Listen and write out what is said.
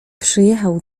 przyjechał